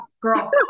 girl